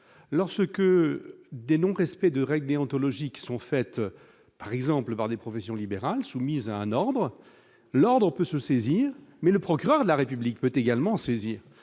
ce que des non-respect de règles déontologiques sont faites par exemple par des professions libérales soumises à un ordre l'ordre peut se saisir, mais le procureur de la République peut également saisir